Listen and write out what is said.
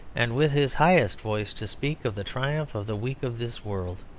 and with his highest voice to speak of the triumph of the weak of this world.